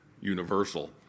universal